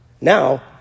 Now